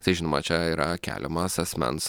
tai žinoma čia yra keliamas asmens